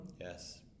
Yes